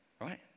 right